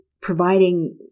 providing